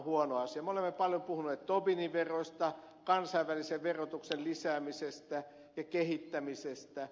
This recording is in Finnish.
me olemme paljon puhuneet tobinin verosta kansainvälisen verotuksen lisäämisestä ja kehittämisestä